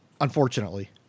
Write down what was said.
unfortunately